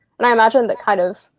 and i imagine that kind of